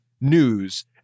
news